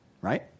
right